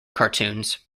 cartoons